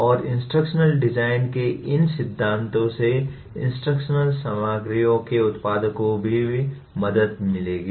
और instructional design के इन सिद्धांतों से इंस्ट्रक्शनल सामग्रियों के उत्पादकों को भी मदद मिलेगी